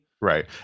Right